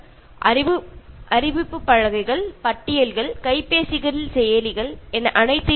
ഉദാഹരണത്തിന് notice board ലിസ്റ്റുകൾ mobile application മുതലായവ